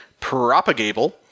Propagable